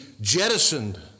jettisoned